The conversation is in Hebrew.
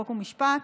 חוק ומשפט,